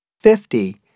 fifty